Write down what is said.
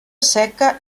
seca